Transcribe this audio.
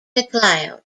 macleod